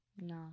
No